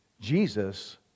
Jesus